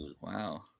Wow